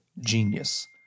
genius